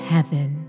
Heaven